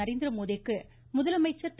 நரேந்திரமோதிக்கு முதலமைச்சர் திரு